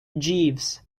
jeeves